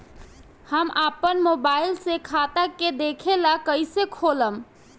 हम आपन मोबाइल से खाता के देखेला कइसे खोलम?